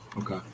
Okay